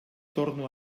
torno